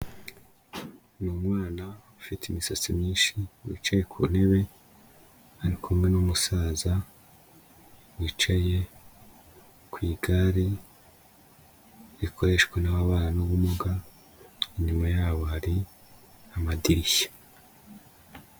Ni umwana ufite imisatsi myinshi wicaye ku ntebe, ari kumwe n'umusaza wicaye ku igare rikoreshwa n'ababana n'ubumuga, inyuma yabo hari amadirishya.